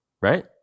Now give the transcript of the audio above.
Right